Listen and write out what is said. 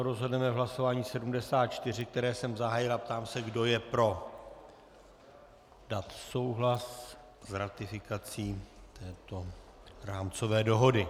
Rozhodneme v hlasování 74, které jsem zahájil, a ptám se, kdo je pro dát souhlas s ratifikací této rámcové dohody.